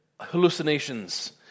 hallucinations